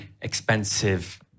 expensive